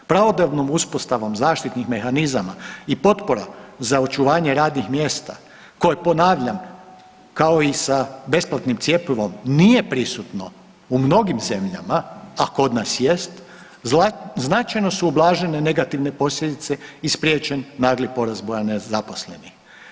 Pravodobnom uspostavom zaštitnih mehanizama i potpora za očuvanje radnih mjesta koje ponavljam, kao i sa besplatnim cjepivom, nije prisutno u mnogim zemljama, a kod nas jest, značajno su ublažile negativne posljedice i spriječen nagli porasta broja nezaposlenih.